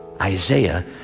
Isaiah